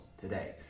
today